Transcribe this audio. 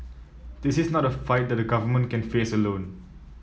this is not a fight that the government can face alone